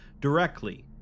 directly